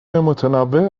متنوع